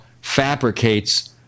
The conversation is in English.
fabricates